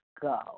go